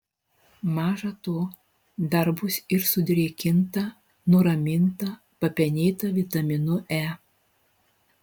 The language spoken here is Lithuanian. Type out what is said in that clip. maža to dar bus ir sudrėkinta nuraminta papenėta vitaminu e